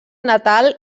natal